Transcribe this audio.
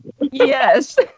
Yes